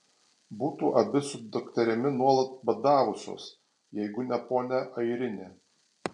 būtų abi su dukterimi nuolat badavusios jeigu ne ponia airinė